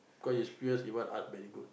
cause he's fierce he why are very good